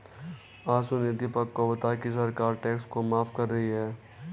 अंशु ने दीपक को बताया कि सरकार टैक्स को माफ कर रही है